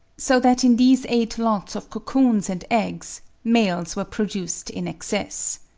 so that in these eight lots of cocoons and eggs, males were produced in excess.